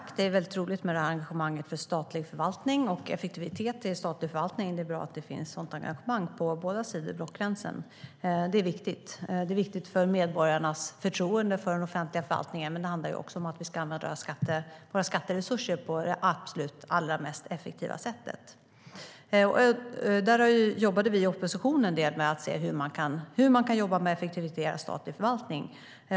Fru talman! Det är roligt med engagemanget för statlig förvaltning och för effektivitet i statlig förvaltning. Det är bra att det finns ett sådant engagemang på båda sidor om blockgränsen. Det handlar om medborgarnas förtroende för den offentliga förvaltningen, som är viktigt, men det handlar också om att vi ska använda våra skatteresurser på det absolut mest effektiva sättet.I opposition jobbade vi en del med att se hur man kan effektivisera statlig förvaltning.